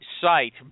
site